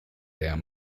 der